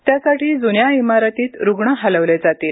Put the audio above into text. त्यासाठी जुन्या इमारतीत रुग्ण हलवले जातील